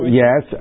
yes